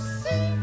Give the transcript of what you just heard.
see